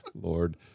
Lord